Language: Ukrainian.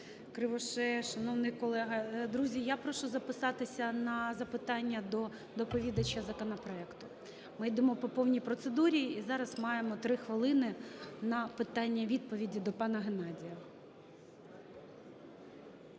Кривошея, шановний колего. Друзі, я прошу записатися на запитання до доповідача законопроекту. Ми йдемо по повній процедурі і зараз маємо 3 хвилини на питання-відповіді до пана Геннадія.